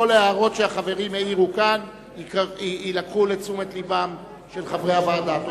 כל ההערות שהחברים העירו כאן יילקחו לתשומת לבם של חברי הוועדה.